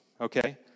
Okay